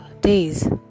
days